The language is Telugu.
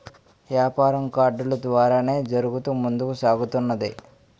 యాపారం కార్డులు ద్వారానే జరుగుతూ ముందుకు సాగుతున్నది